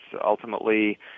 ultimately